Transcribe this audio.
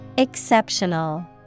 Exceptional